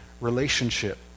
relationship